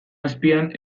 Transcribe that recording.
azpian